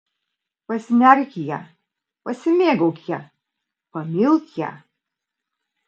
pasinerk į ją pasimėgauk ja pamilk ją